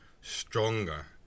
stronger